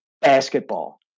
basketball